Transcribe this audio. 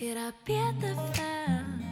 ir apie tave